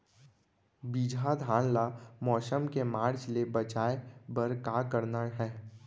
बिजहा धान ला मौसम के मार्च ले बचाए बर का करना है?